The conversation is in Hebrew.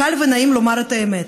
קל ונעים לומר את האמת.